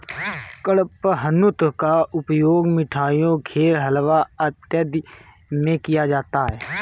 कडपहनुत का उपयोग मिठाइयों खीर हलवा इत्यादि में किया जाता है